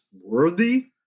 worthy